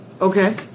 Okay